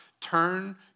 Turn